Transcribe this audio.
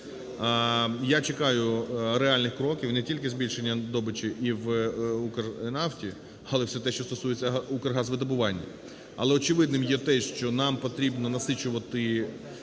Я чекаю реальних кроків не тільки збільшення добичі і в "Укрнафті", але все те, що стосується "Укргазвидобування". Але очевидним є те, що нам потрібно насичувати